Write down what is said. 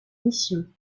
missions